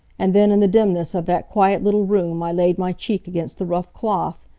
and then, in the dimness of that quiet little room i laid my cheek against the rough cloth,